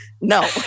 No